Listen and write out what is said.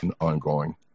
ongoing